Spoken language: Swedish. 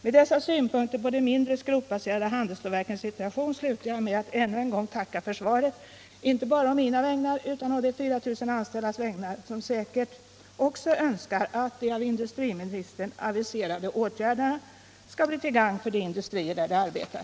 Med dessa synpunkter på de mindre, skrotbaserade handelsstålverkens situation slutar jag och vill ännu en gång tacka för svaret, inte bara å mina vägnar utan å de 4000 anställdas vägnar, som säkert önskar att de av industriministern aviserade åtgärderna skall bli till gagn för de industrier där de arbetar.